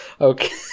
Okay